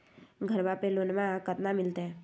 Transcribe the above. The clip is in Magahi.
घरबा पे लोनमा कतना मिलते?